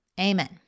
amen